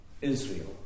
Israel